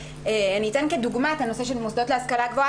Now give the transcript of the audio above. אני אתן כדוגמה את הנושא של מוסדות להשכלה גבוהה